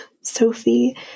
Sophie